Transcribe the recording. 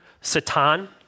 Satan